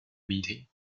meeting